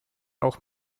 auch